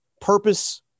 purpose